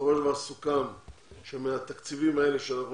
בסופו של דבר סוכם שמהתקציבים האלה שאנחנו